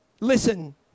listen